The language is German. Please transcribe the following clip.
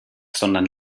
sondern